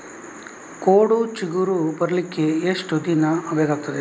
ಕೋಡು ಚಿಗುರು ಬರ್ಲಿಕ್ಕೆ ಎಷ್ಟು ದಿನ ಬೇಕಗ್ತಾದೆ?